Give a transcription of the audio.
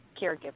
caregivers